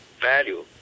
value